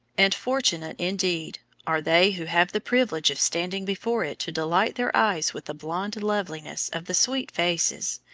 and fortunate indeed are they who have the privilege of standing before it to delight their eyes with the blonde loveliness of the sweet faces,